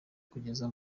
kugeza